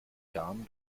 garn